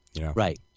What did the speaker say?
Right